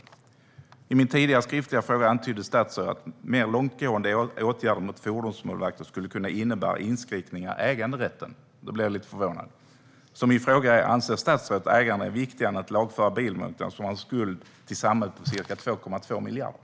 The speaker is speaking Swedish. I svaret på min tidigare skriftliga fråga antydde statsrådet att mer långtgående åtgärder mot fordonsmålvakter skulle kunna innebära inskränkningar i äganderätten. Då blev jag lite förvånad. Min fråga är: Anser statsrådet att äganderätten är viktigare än att lagföra bilmålvakter som har en skuld till samhället på ca 2,2 miljarder?